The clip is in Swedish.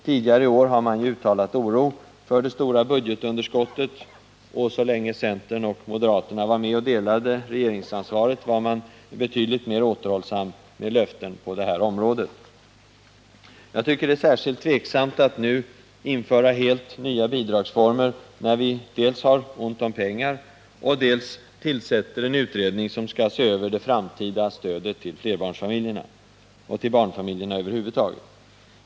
Tidigare i år har de ju uttalat oro för det stora budgetunderskottet, och så länge centern och moderaterna var med och delade regeringsansvaret var de betydligt mer återhållsamma med löften på det här området. Det finns nu särskild anledning att avvakta med helt nya bidragsformer dels därför att vi har ont om pengar, dels därför att vi tillsätter en utredning som skall se över det framtida stödet till flerbarnsfamiljerna och till barnfamiljerna över huvud taget.